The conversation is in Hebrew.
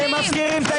מי נגד?